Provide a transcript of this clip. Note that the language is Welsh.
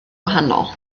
wahanol